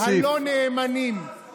מה זה מרימים את ראשם?